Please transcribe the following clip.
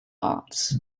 arts